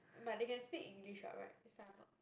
but they can speak English [what] [right] somewhat